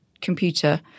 computer